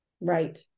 Right